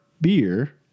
beer